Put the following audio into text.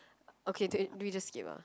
okay d~ do we just skip ah